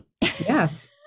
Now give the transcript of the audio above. yes